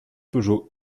peugeot